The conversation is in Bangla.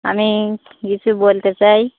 আমি কিছু বলতে চাই